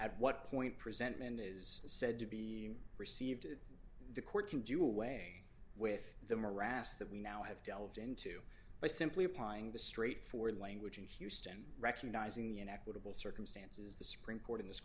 at what point presentment is said to be received by the court to do away with the morass that we now have delved into by simply applying the straightforward language in houston recognizing the inequitable circumstances the supreme court in this